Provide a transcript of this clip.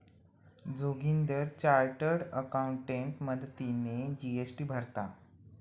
Joginder chartered accountant मदतीने GST भरता